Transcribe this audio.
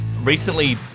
recently